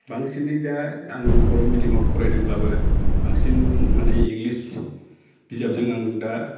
बांसिनै दा आं बर' मिडियामाव फरायदोंब्लाबो बांसिन माने इंलिस बिजाबजों आं दा